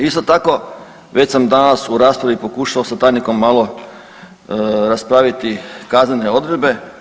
Isto tako već sam danas u raspravi pokušao sa tajnikom malo raspraviti kaznene odredbe.